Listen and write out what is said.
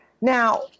Now